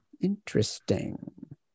Interesting